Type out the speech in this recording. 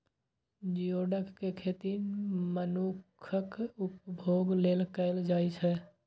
geoduck के खेती मनुक्खक उपभोग लेल कैल जाइ छै